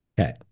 Okay